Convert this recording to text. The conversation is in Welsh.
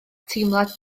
teimlad